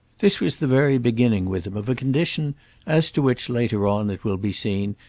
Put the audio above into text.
this was the very beginning with him of a condition as to which, later on, it will be seen,